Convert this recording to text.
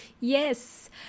Yes